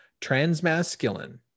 transmasculine